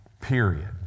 Period